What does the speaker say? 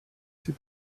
ses